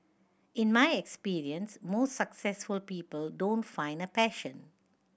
in my experience most successful people don't find a passion